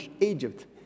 Egypt